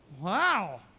Wow